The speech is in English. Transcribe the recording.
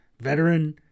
Veteran